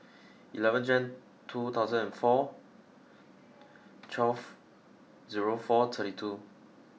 eleven Jan two thousand and four twelve zero four thirty two